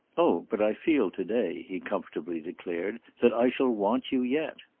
oh but i feel to-day, he comfortably declared, that i shall want you yet.